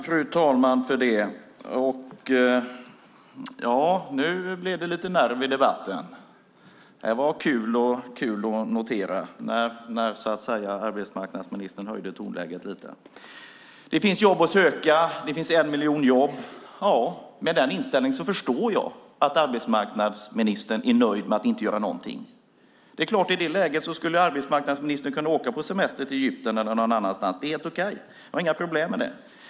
Fru talman! Nu blev det lite nerv i debatten - det var kul att notera - när arbetsmarknadsministern höjde tonläget lite. Det finns jobb att söka. Det finns 1 miljon jobb, menar arbetsmarknadsministern. Om han har den inställningen förstår jag att arbetsmarknadsministern är nöjd med att inte göra någonting. I det läget skulle arbetsmarknadsministern kunna åka på semester till Egypten eller någon annanstans; det är helt okej. Jag har inga problem med det.